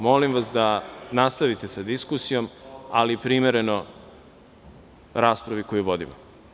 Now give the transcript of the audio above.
Molim vas da nastavite sa diskusijom, ali primereno raspravi koju vodimo.